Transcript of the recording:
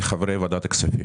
לחברי ועדת הכספים,